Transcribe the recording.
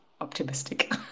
optimistic